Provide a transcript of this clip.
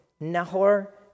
Nahor